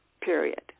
period